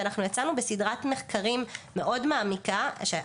ולכן יצאנו בסדרת מחקרים מאוד מעמיקה שאגב,